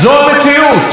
זו המציאות.